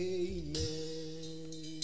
amen